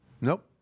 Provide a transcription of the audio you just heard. Nope